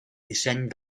disseny